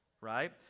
right